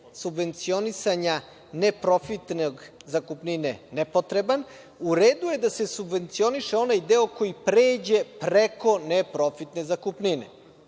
subvencionisanja neprofitne zakupnine nepotreban. U redu je da se subvencioniše onaj deo koji pređe preko neprofitne zakupnine,